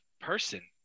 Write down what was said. person